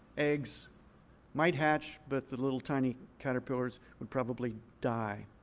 eggs might hatch. but the little tiny caterpillars would probably die.